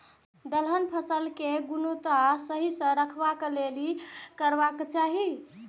दलहन फसल केय गुणवत्ता सही रखवाक लेल की करबाक चाहि?